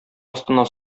астына